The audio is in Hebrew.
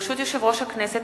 ברשות יושב-ראש הכנסת,